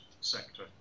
sector